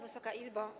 Wysoka Izbo!